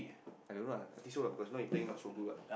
I don't know ah I think so ah because now he playing not so good [what]